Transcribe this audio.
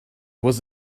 was